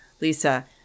Lisa